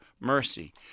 mercy